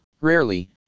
rarely